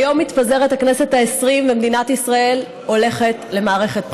היום מתפזרת הכנסת העשרים ומדינת ישראל הולכת למערכת בחירות.